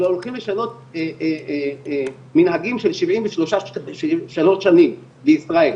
הרי הולכים לשנות מנהגים של 73 שנים בישראל.